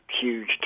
huge